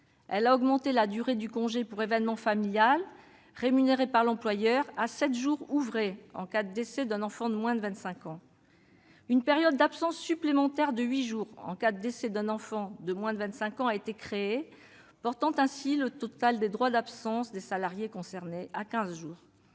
Elle a augmenté la durée du congé pour événement familial, rémunéré par l'employeur, à sept jours ouvrés en cas de décès d'un enfant de moins de 25 ans. Une période d'absence supplémentaire de huit jours en cas de décès d'un enfant de moins de 25 ans a été créée, portant ainsi le total des droits d'absence des salariés concernés à quinze jours.